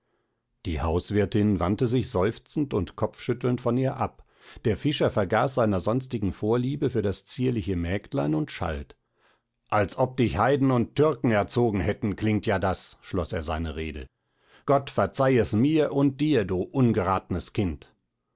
die hauswirtin wandte sich seufzend und kopfschüttelnd von ihr ab der fischer vergaß seiner sonstigen vorliebe für das zierliche mägdlein und schalt als ob dich heiden und türken erzogen hätten klingt ja das schloß er seine rede gott verzeih es mir und dir du ungeratnes kind